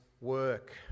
work